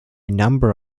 number